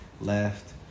Left